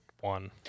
one